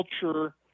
culture